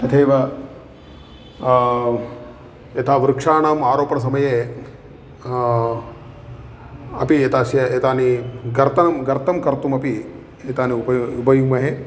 तथैव यथा वृक्षाणाम् आरोपण समये अपि एतस्य एतानि गर्तनं गर्तनं कर्तुमपि एतानि उपयु उपयुङ्महे